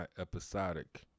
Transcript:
episodic